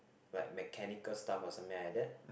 like mechanical stuff or something like that